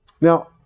Now